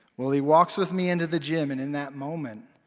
well, he walks with me into the gym, and in that moment,